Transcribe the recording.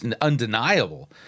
undeniable